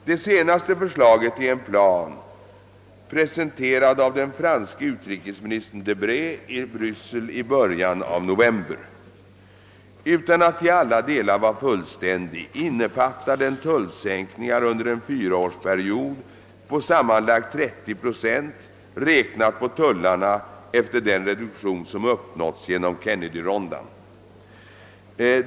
Det senaste förslaget är en plan, presenterad av den franske utrikesministern Debré i Bryssel i början av november. Utan att till alla delar vara fullständig innefattar den tullsänkningar under en fyraårsperiod på sammanlagt 30 procent, räknat på tullarna efter den reduktion som uppnåtts genom Kennedyronden.